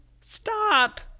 stop